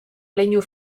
leinu